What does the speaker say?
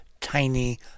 tiny